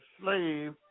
slave